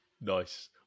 Nice